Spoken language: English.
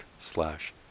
slash